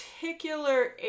particular